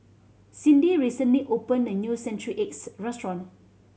Cindy recently opened a new century eggs restaurant